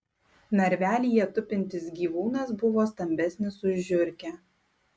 narvelyje tupintis gyvūnas buvo stambesnis už žiurkę